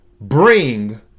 bring